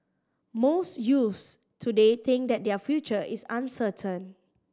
most youths today think that their future is uncertain